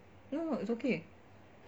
no no it's okay